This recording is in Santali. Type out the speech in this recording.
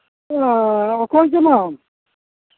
ᱦᱮᱸ ᱚᱠᱚᱭ ᱠᱟᱱᱟᱢ